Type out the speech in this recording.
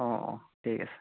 অঁ অঁ ঠিক আছে